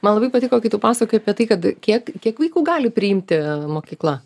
man labai patiko kai tu pasakojai apie tai kad kiek kiek vaikų gali priimti mokykla